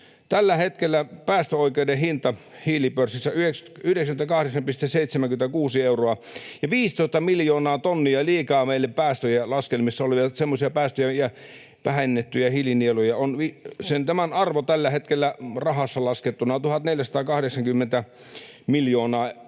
tällä hetkellä päästöoikeuden hinta hiilipörssissä on 98,76 euroa ja 15 miljoonaa tonnia liikaa on meille päästöjä laskelmissa, semmoisia päästöjä ja vähennettyjä hiilinieluja. Tämän arvo tällä hetkellä rahassa laskettuna on 1 480 miljoonaa